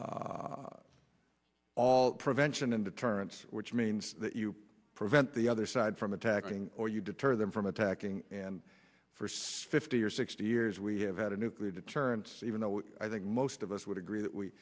all prevention and deterrence which means that you prevent the other side from attacking or you deter them from attacking first fifty or sixty years we have had a nuclear deterrent even though i think most of us would agree that we